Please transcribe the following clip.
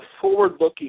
forward-looking